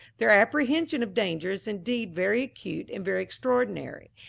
their apprehension of danger is indeed very acute and very extraordinary,